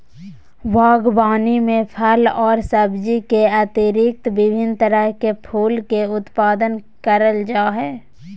बागवानी में फल और सब्जी के अतिरिक्त विभिन्न तरह के फूल के उत्पादन करल जा हइ